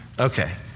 Okay